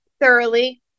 thoroughly